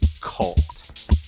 cult